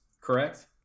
correct